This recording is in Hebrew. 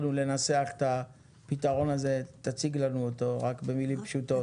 לנסח את הפתרון הזה, תציג לנו אותו במילים פשוטות.